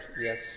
Yes